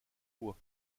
fois